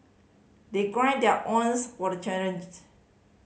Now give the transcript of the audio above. they their owns for the challenge